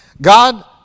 God